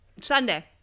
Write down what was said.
Sunday